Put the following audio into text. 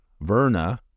Verna